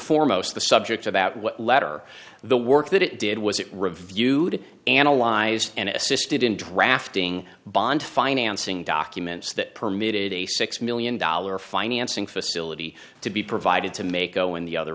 foremost the subject about what letter the work that it did was it reviewed analyzed and assisted in drafting bond financing documents that permitted a six million dollar financing facility to be provided to make go in the other